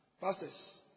Pastors